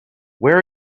where